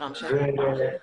ורם שפע.